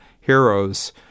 heroes